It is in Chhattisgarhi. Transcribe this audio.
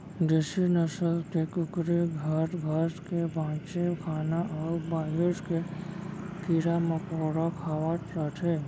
देसी नसल के कुकरी हर घर के बांचे खाना अउ बाहिर के कीरा मकोड़ा खावत रथे